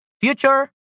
Future